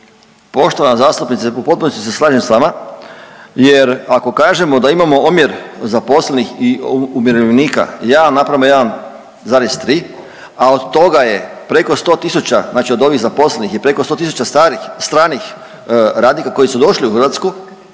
Poštovana zastupnice u potpunosti se slažem s vama, jer ako kažemo da imamo omjer zaposlenih i umirovljenika 1:1,3 a od toga je preko 100 tisuća znači od ovih zaposlenih i preko 100 tisuća stranih radnika koji su došli u Hrvatsku